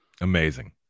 amazing